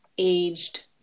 aged